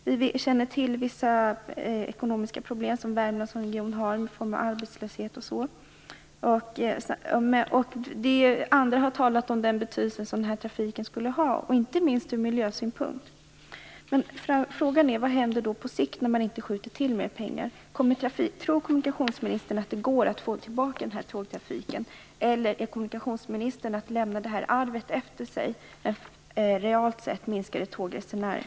Vi känner till vissa ekonomiska problem som Värmlandsregionen har, i form av arbetslöshet osv. Andra har talat om den betydelse trafiken skulle ha, inte minst ur miljösynpunkt. Men frågan är alltså vad som händer på sikt när man inte skjuter till mer pengar. Tror kommunikationsministern att det går att få tillbaka den här tågtrafiken? Eller vill kommunikationministern lämna ett arv efter sig i form av ett realt sett minskat antal tågresenärer?